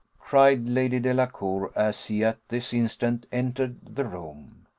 cried lady delacour, as he at this instant entered the room.